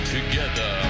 Together